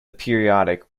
periodic